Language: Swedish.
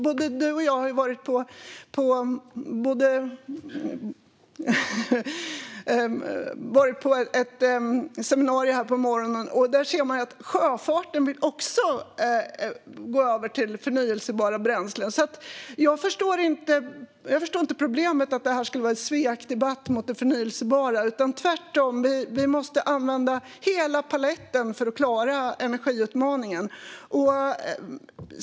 Både Patrik Engström och jag var på seminarium nu på morgonen. Där fick vi höra att sjöfarten också vill gå över till förnybara bränslen. Jag förstår inte problemet, att detta skulle vara ett svek mot det förnybara. Tvärtom måste vi använda hela paletten för att klara energiutmaningen.